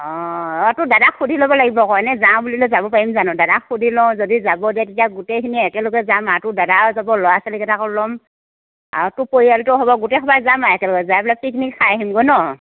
অ তোৰ দাদাক সুধি ল'ব লাগিব আকৌ এনেই যাওঁ বুলিলে যাব পাৰিম জানো দাদাক সুধি লওঁ যদি যাব দিয়ে তেতিয়া গোটেইখিনি একেলগে যাম আৰু তোৰ দাদাও যাব ল'ৰা ছোৱালীকেইটাকো ল'ম আৰু তোৰ পৰিয়ালটোও হ'ব গোটেইসোপাই যাম আৰু একেলগে যাই পেলাই পিকনিক খাই আহিমগৈ ন'